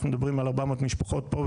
אנחנו מדברים על 400 משפחות פה,